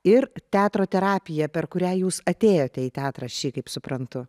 ir teatro terapiją per kurią jūs atėjote į teatrą šį kaip suprantu